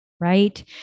right